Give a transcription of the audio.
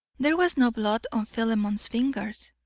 there was no blood on philemon's fingers.